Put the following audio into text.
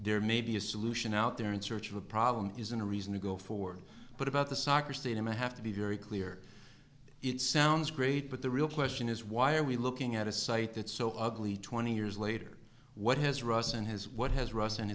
there may be a solution out there in search of a problem isn't a reason to go forward but about the soccer stadium i have to be very clear it sounds great but the real question is why are we looking at a site that's so ugly twenty years later what has rosen has what has russ an